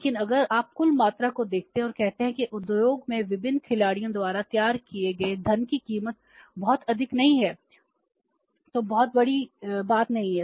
लेकिन अगर आप कुल मात्रा को देखते हैं और कहते हैं कि उद्योग में विभिन्न खिलाड़ियों द्वारा तैयार किए गए धन की कीमत बहुत अधिक नहीं है तो बहुत बड़ी नहीं है